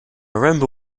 remember